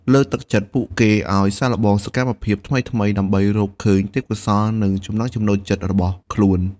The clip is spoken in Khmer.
លើកទឹកចិត្តពួកគេឲ្យសាកល្បងសកម្មភាពថ្មីៗ ដើម្បីរកឃើញទេពកោសល្យ និងចំណង់ចំណូលចិត្តរបស់ខ្លួន។